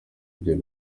ibyo